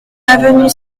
avenue